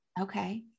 Okay